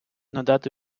надати